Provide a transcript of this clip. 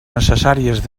necessàries